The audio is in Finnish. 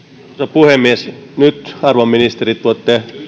puhemies nyt arvon ministerit voitte